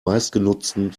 meistgenutzten